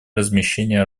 размещения